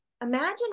Imagine